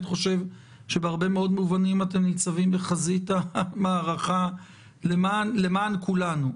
חושב שבהרבה מאוד מובנים אתם ניצבים בחזית המערכה למען כולנו,